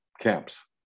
camps